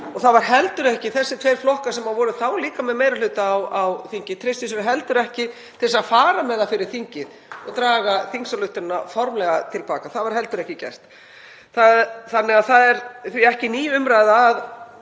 það í huga. Þessir tveir flokkar sem voru þá líka með meiri hluta á þingi treystu sér heldur ekki til þess að fara með það fyrir þingið og draga þingsályktunina formlega til baka. Það var heldur ekki gert. Það er því ekki ný umræða að